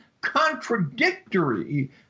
contradictory